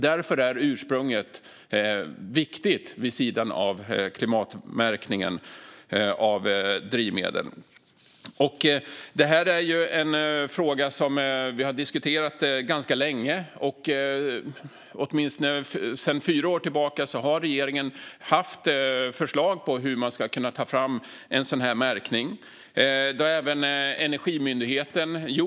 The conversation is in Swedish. Därför är ursprunget viktigt vid sidan av klimatmärkningen av drivmedel. Detta är ju en fråga som vi har diskuterat ganska länge. Åtminstone sedan fyra år tillbaka har regeringen haft förslag på hur man ska kunna ta fram en sådan här märkning. Det har även Energimyndigheten haft.